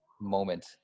moment